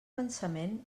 pensament